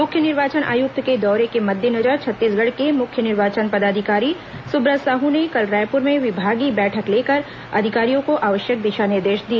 मुख्य निर्वाचन आयुक्त के दौरे के मद्देनजर छत्तीसगढ़ के मुख्य निर्वाचन पदाधिकारी सुब्रत साहू ने कल रायपुर में विभागीय बैठक लेकर अधिकारियों को आवश्यक दिशा निर्देश दिए